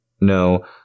No